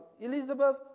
Elizabeth